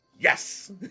yes